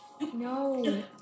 No